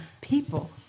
people